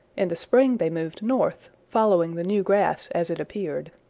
in the spring they moved north, following the new grass as it appeared.